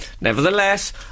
Nevertheless